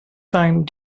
time